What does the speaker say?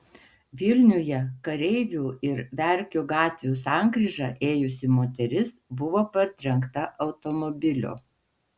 vilniuje kareivių ir verkių gatvių sankryža ėjusi moteris buvo partrenkta automobilio